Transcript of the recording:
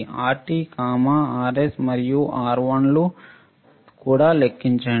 Rt Rs మరియు R1 ను కూడా లెక్కించండి